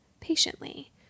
patiently